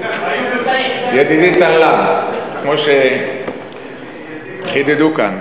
ידידי טָלָב, כמו שחידדו כאן,